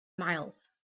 miles